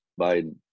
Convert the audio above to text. Biden